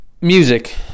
Music